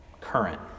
current